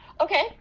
Okay